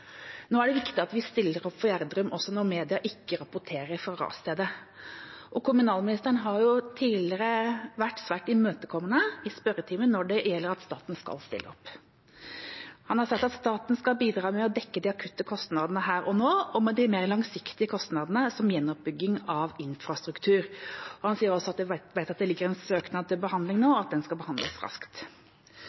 Nå er det viktig at vi stiller opp for Gjerdrum også når media ikke rapporterer fra rasstedet. Kommunalministeren har tidligere vært svært imøtekommende i spørretimen når det gjelder om staten skal stille opp. Han har sagt at staten skal bidra med å dekke de akutte kostnadene her og nå og de mer langsiktige kostnadene, som gjenoppbygging av infrastruktur. Han har også sagt at han vet at det ligger en søknad til behandling nå, og at den skal behandles raskt.